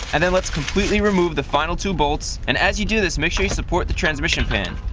and then let's completely remove the final two bolts and as you do this make sure you support the transmission pan.